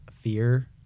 fear